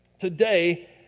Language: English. today